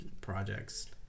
projects